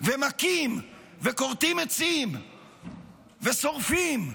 ומכים וכורתים עצים ושורפים.